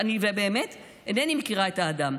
באמת אינני מכירה את האדם.